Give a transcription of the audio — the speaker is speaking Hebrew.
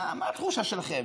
מה התחושה שלכם,